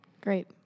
Great